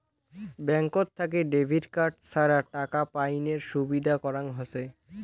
ব্যাঙ্কত থাকি debit card ছাড়া টাকা পাইনের সুবিধা করাং হসে